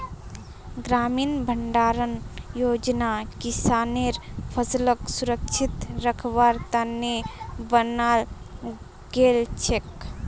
ग्रामीण भंडारण योजना किसानेर फसलक सुरक्षित रखवार त न बनाल गेल छेक